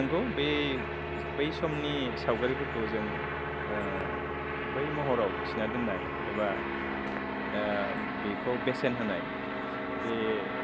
नोंगौ बे बै समनि सावगारिफोरखौ जों बै महराव थिना दोननाय एबा बेखौ बेसेन होनाय बे